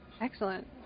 Excellent